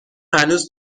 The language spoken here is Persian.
هنوز